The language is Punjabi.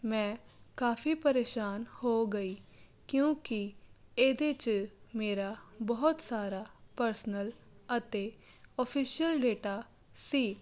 ਮੈਂ ਕਾਫੀ ਪਰੇਸ਼ਾਨ ਹੋ ਗਈ ਕਿਉਂਕਿ ਇਹਦੇ 'ਚ ਮੇਰਾ ਬਹੁਤ ਸਾਰਾ ਪਰਸਨਲ ਅਤੇ ਓਫਿਸ਼ਅਲ ਡੇਟਾ ਸੀ